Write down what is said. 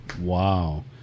Wow